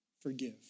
forgive